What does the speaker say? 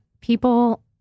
people